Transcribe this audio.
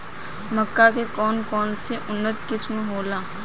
मक्का के कौन कौनसे उन्नत किस्म होला?